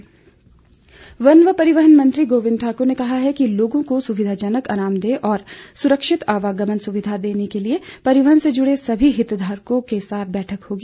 परिवहन मंत्री वन व परिवहन मंत्री गोविन्द ठाकुर ने कहा है कि लोगों को सुविधाजनक आरामदेह और सुरक्षित आवागमन सुविधा देने के लिए परिवहन से जुड़े सभी हितधारकों के साथ बैठकें होंगी